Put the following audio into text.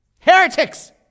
Heretics